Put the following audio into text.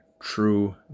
true